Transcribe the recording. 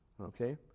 okay